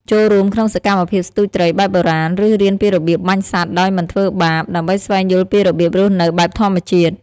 ចូលរួមក្នុងសកម្មភាពស្ទូចត្រី បែបបុរាណ ឬរៀនពីរបៀបបបាញ់សត្វដោយមិនធ្វើបាប ដើម្បីស្វែងយល់ពីរបៀបរស់នៅបែបធម្មជាតិ។